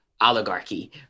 oligarchy